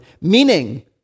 meaning